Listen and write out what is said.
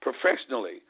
professionally